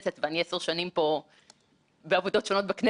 שהוכיח שיש נושאים שהם מעל מחלוקות של ימין ושמאל,